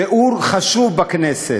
שיעור חשוב בכנסת,